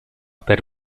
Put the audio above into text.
per